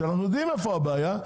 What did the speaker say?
שאנחנו יודעים איפה הבעיה,